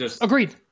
agreed